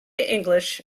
english